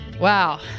wow